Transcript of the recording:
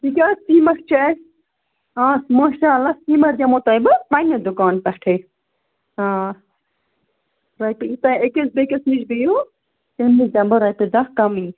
تِکیٛازِ سیٖمَٹھ چھِ اَسہِ آ ماشااللہ سیٖمَٹھ دِمہو تۄہہِ بہٕ پنٕنہِ دُکان پٮ۪ٹھٕے رۄپیہِ یہِ تۄہہِ أکِس بیٚیِس نِش دِیِو تَمہِ نِش دِمہٕ بہٕ رۄپیہِ دَہ کَمٕے